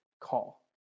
call